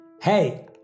Hey